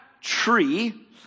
tree